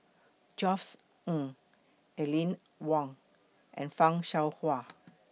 Josef Ng Aline Wong and fan Shao Hua